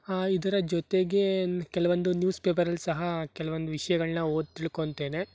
ಇದರ ಜೊತೆಗೆ ಕೆಲವೊಂದು ನ್ಯೂಸ್ ಪೇಪರಲ್ಲಿ ಸಹ ಕೆಲವೊಂದು ವಿಷಯಗಳನ್ನ ಓದಿ ತಿಳ್ಕೊತೇನೆ